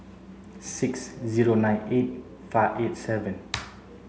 six zero nine eight five eight seven